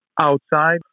outside